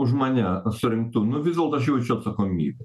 už mane surinktų nu vis dėlto aš jaučiu atsakomybę